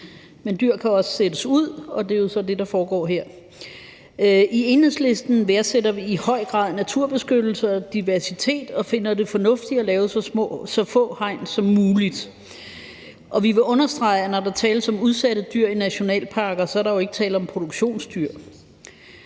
men dyr kan også sættes ud, og det er jo så det, der foregår her. I Enhedslisten værdsætter vi i høj grad naturbeskyttelse og diversitet og finder det fornuftigt at lave så få hegn som muligt. Vi vil understrege, at når der tales om udsatte dyr i nationalparker, er der jo ikke tale om produktionsdyr.